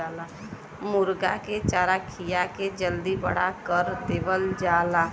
मुरगा के चारा खिया के जल्दी बड़ा कर देवल जाला